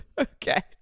Okay